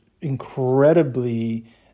incredibly